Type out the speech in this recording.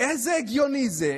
איזה הגיוני זה,